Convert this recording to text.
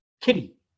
Kitty